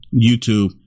YouTube